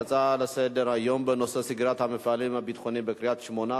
ההצעות לסדר-היום בנושא סגירת המפעלים הביטחוניים בקריית-שמונה,